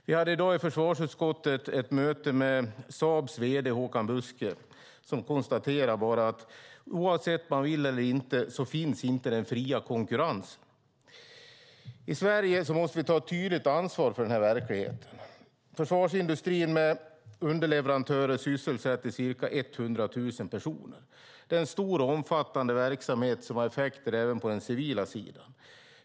Vi hade i dag i försvarsutskottet ett möte med Saabs vd Håkan Buskhe, som konstaterade att den fria konkurrensen inte finns, oavsett man vill eller inte. I Sverige måste vi ta tydligt ansvar för denna verklighet. Försvarsindustrin med underleverantörer sysselsätter cirka hundra tusen personer. Det är en stor och omfattande verksamhet som har effekter även på den civila sidan.